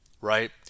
Right